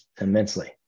immensely